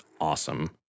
Awesome